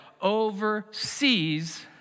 oversees